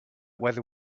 whether